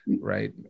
Right